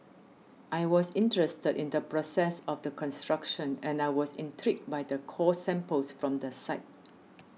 I was interested in the process of the construction and I was intrigued by the core samples from the site